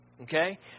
Okay